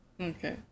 Okay